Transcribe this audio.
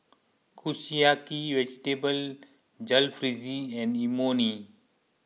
Kushiyaki Vegetable Jalfrezi and Imoni